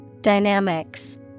Dynamics